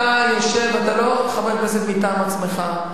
אתה יושב, אתה לא חבר כנסת מטעם עצמך.